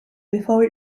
before